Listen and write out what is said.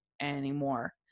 anymore